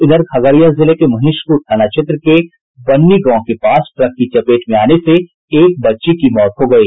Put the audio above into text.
इधर खगड़िया जिले के महेशखूंट थाना क्षेत्र के बन्नी गांव के पास ट्रक की चपेट में आने से एक बच्ची की मौत हो गयी